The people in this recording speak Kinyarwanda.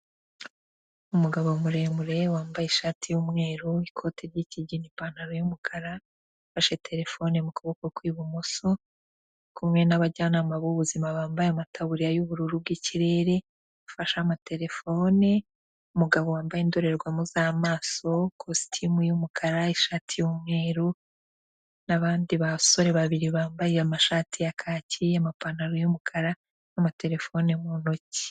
Umugabo muremure wambaye ishati y'umweru, ikote ry'ikigi, ipantaro y'umukara, afashe terefone mu kuboko kw'ibumoso, ari kumwe n'abajyanama b'ubuzima, bambaye amataburiya y'ububururu bw'ikirere, afashe amaterefone, umugabo wambaye indorerwamo z'amaso, kositimu y'umukara, ishati y'umweru, n'abandi basore babiri bambaye amashati ya kaki, amapantaro y'umukara n'amaterefone mu ntoki.